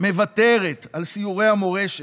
מוותרת על סיורי המורשת,